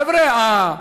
חבר'ה,